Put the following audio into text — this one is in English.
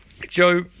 Joe